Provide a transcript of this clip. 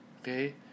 Okay